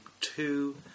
two